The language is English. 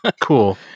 cool